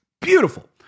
Beautiful